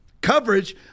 coverage